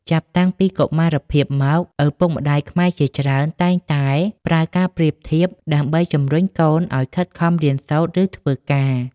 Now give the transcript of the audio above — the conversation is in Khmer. ចាប់តាំងពីកុមារភាពមក ឪពុកម្តាយខ្មែរជាច្រើនតែងតែប្រើការប្រៀបធៀបដើម្បីជំរុញកូនឲ្យខិតខំរៀនសូត្រ ឬធ្វើការ។